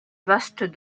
vaste